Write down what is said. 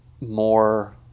more